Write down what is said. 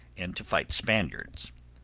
and to fight spaniards.